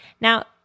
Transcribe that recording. Now